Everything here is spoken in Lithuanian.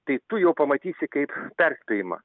tai tu jau pamatysi kaip perspėjimą